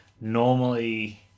normally